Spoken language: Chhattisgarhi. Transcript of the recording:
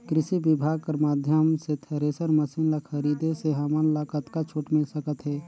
कृषि विभाग कर माध्यम से थरेसर मशीन ला खरीदे से हमन ला कतका छूट मिल सकत हे?